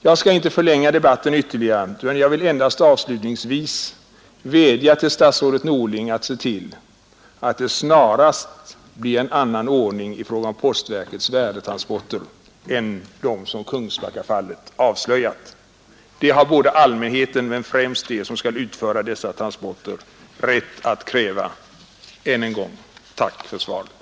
Jag skall inte förlänga debatten ytterligare utan endast avslutningsvis vädja till statsrådet Norling att se till att det snarast blir en annan ordning i fråga om postverkets värdetransporter än den som Kungsbackafallet avslöjat. Det har allmänheten men främst de som skall utföra dessa transporter rätt att kräva. Än en gång tack för svaret!